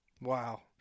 Wow